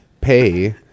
pay